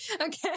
Okay